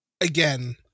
Again